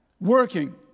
working